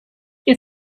wir